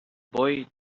boy